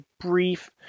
brief